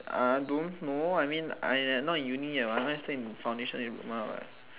I don't know I mean I'm not in uni yet what I still in foundation in group mah